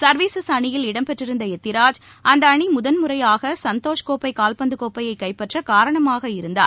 services அணியில் இடம் பெற்றிருந்தஎத்திராஜ் அந்தஅணிமுதன்முறையாகசந்தோஷ்கோப்பைகால்பந்தகோப்பையைகைப்பற்றகாரணமாக இருந்தார்